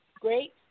great